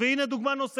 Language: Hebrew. ומה לא?